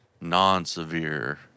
non-severe